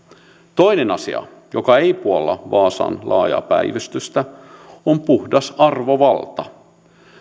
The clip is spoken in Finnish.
toinen asia joka ei puolla vaasan laajaa päivystystä on puhdas arvovalta